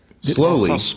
Slowly